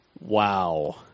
Wow